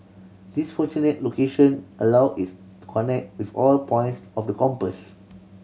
this fortunate location allow its to connect with all points of the compass